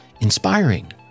inspiring